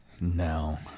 No